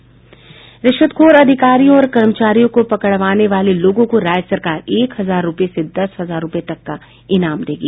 रिश्वतखोर अधिकारियों और कर्मचारियों को पकड़वाने वाले लोगों को राज्य सरकार एक हजार रूपये से दस हजार रूपये तक का इनाम देगी